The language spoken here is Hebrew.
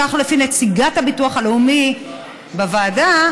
כך לפי נציגת הביטוח הלאומי בוועדה,